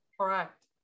Correct